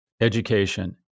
education